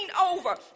over